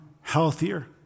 healthier